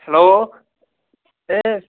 hello